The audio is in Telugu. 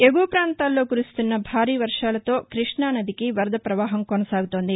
ఎగువ ప్రాంతాల్లో కురుస్తున్న భారీ వర్షాలతో కృష్ణానదికి వరద ప్రవాహం కొనసాగుతోంది